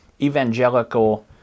evangelical